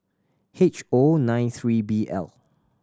H O nine three B L